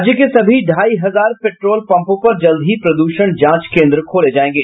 राज्य के सभी ढ़ाई हजार पेट्रोल पम्पों पर जल्द ही प्रदूषण जांच केन्द्र खोले जायेंगे